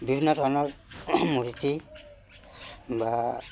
বিভিন্ন ধৰণৰ মূৰ্তি বা